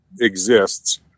exists